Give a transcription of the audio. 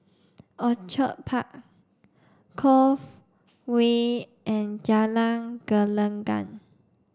Orchid Park Cove Way and Jalan Gelenggang